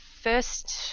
first